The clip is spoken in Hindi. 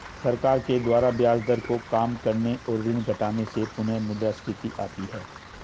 सरकार के द्वारा ब्याज दर को काम करने और ऋण घटाने से पुनःमुद्रस्फीति आती है